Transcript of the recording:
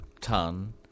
ton